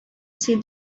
see